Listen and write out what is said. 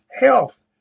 health